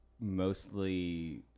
mostly